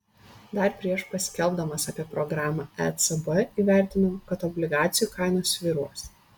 dar prieš paskelbdamas apie programą ecb įvertino kad obligacijų kainos svyruos